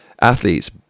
Athletes